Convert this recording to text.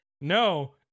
No